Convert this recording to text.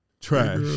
Trash